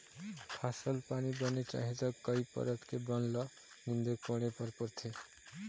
फसल पानी बने चाही त कई परत के बन ल नींदे कोड़े बर परथे